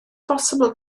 bosibl